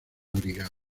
brigada